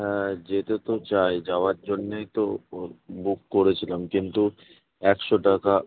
হ্যাঁ যেতে তো চাই যাওয়ার জন্যেই তো ও বুক করেছিলাম কিন্তু একশো টাকা